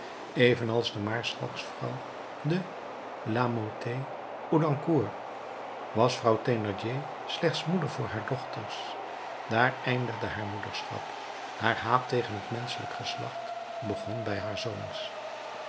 evenals de maarschalksvrouw de lamothe houdancourt was vrouw thénardier slechts moeder voor haar dochters daar eindigde haar moederschap haar haat tegen het menschelijk geslacht begon bij haar zoons